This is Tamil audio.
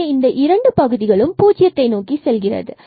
எனவே இந்த இரண்டு பகுதிகளும் 0 நோக்கி செல்கிறது